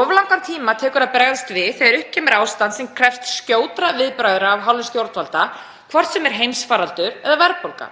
Of langan tíma tekur að bregðast við þegar upp kemur ástand sem krefst skjótra viðbragða af hálfu stjórnvalda, hvort sem er heimsfaraldur eða verðbólga,